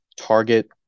target